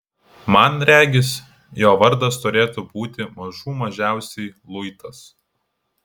man regis jo vardas turėtų būti mažų mažiausiai luitas